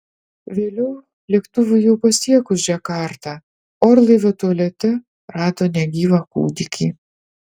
vėliau lėktuvui jau pasiekus džakartą orlaivio tualete rado negyvą kūdikį